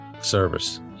service